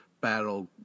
battle